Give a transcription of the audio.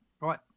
right